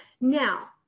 now